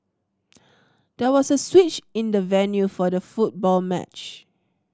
there was a switch in the venue for the football match